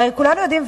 הרי כולנו יודעים,